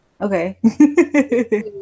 Okay